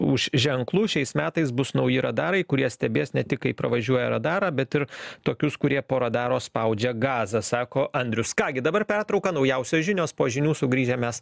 už ženklų šiais metais bus nauji radarai kurie stebės ne tik kaip pravažiuoja radarą bet ir tokius kurie po radaro spaudžia gazą sako andrius ką gi dabar pertrauka naujausios žinios po žinių sugrįžę mes